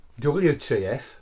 WTF